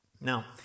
Now